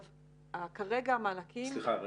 סליחה.